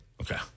Okay